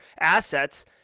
assets